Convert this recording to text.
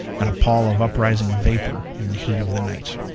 and a pall of uprising vapor in the heat of the night.